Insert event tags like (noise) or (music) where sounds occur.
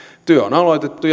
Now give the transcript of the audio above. työ on aloitettu (unintelligible)